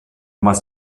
must